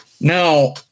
Now